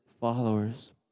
followers